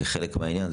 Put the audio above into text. כחלק מהעניין,